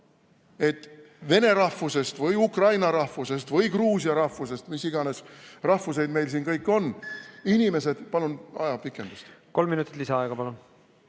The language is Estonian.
et vene rahvusest või ukraina rahvusest või gruusia rahvusest, mis iganes rahvused meil siin kõik on, inimesed ... Palun ajapikendust! Kolm minutit lisaaega, palun!